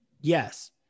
Yes